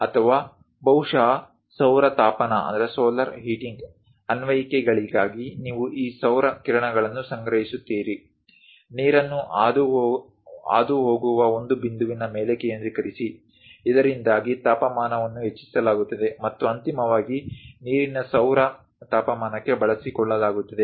ಅಥವಾ ಬಹುಶಃ ಸೌರ ತಾಪನ ಅನ್ವಯಿಕೆಗಳಿಗಾಗಿ ನೀವು ಈ ಸೌರ ಕಿರಣಗಳನ್ನು ಸಂಗ್ರಹಿಸುತ್ತೀರಿ ನೀರನ್ನು ಹಾದುಹೋಗುವ ಒಂದು ಬಿಂದುವಿನ ಮೇಲೆ ಕೇಂದ್ರೀಕರಿಸಿ ಇದರಿಂದಾಗಿ ತಾಪಮಾನವನ್ನು ಹೆಚ್ಚಿಸಲಾಗುತ್ತದೆ ಮತ್ತು ಅಂತಿಮವಾಗಿ ನೀರಿನ ಸೌರ ತಾಪನಕ್ಕೆ ಬಳಸಿಕೊಳ್ಳಲಾಗುತ್ತದೆ